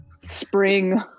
spring